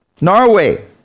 Norway